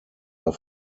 are